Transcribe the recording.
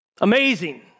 Amazing